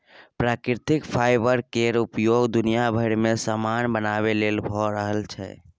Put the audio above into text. प्राकृतिक फाईबर केर उपयोग दुनिया भरि मे समान बनाबे लेल भए रहल छै